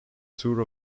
tour